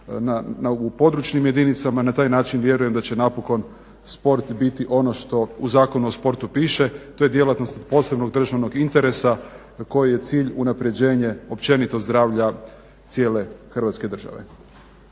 u područnim jedinicama. Na taj način vjerujem da će napokon sport biti ono što u Zakonu o sportu piše, to je djelatnost posebnog državnog interesa koji je cilj unapređenje općenito zdravlja cijele Hrvatske države.